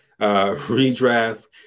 redraft